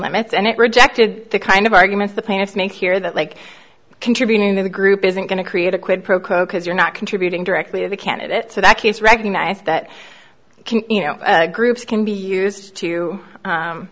limits and it rejected the kind of arguments the plaintiffs make here that like contributing to the group isn't going to create a quid pro quo because you're not contributing directly to the candidate so that case recognize that can you know groups can be used to